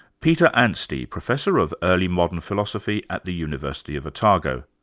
peter anstey, professor of early modern philosophy at the university of otago.